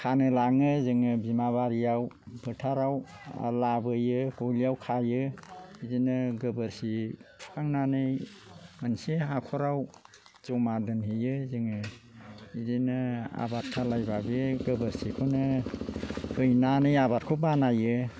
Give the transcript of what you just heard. खानो लाङो जोङो बिमा बारियाव फोथाराव लाबोयो गलियाव खायो बिदिनो गोबोरखि फुखांनानै मोनसे हाखराव जमा दोनहैयो जोङो बिदिनो आबाद खालामोबा बे गोबोरखिखौनो होनानै आबादखौ बानायो